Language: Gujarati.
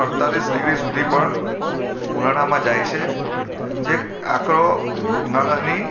અળતાળીસ ડિગ્રી સુધી પણ ઉનાળામાં જાય છે જે એક આકરો ઉનાળાની